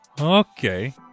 okay